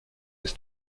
des